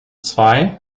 zwei